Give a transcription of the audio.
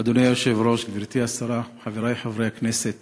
אדוני היושב-ראש, גברתי השרה, חברי חברי הכנסת,